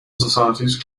societies